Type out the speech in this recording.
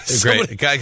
Great